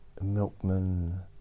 Milkman